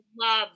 love